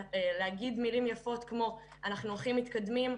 להגיד מילים יפות כמו "אנחנו הכי מתקדמים",